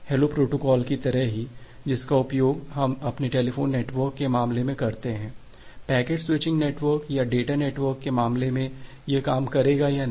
hello protocol की तरह ही जिसका उपयोग हम अपने टेलीफोन नेटवर्क के मामले में करते हैं पैकेट स्विचिंग नेटवर्क या डेटा नेटवर्क के मामले में यह काम करेगा या नहीं